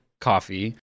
coffee